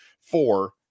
four